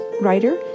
writer